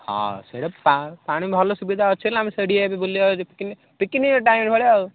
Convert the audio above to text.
ହଁ ସେଇଟା ପା ପାଣି ଭଲ ସୁବିଧା ଅଛି ନା ଆମେ ସେଇଟି ଯବି ବୁଲିବା ଯଦି ପିକିନିକ୍ ପିକିନିକ୍ ଟାଇମ୍ ଭଳିଆ ଆଉ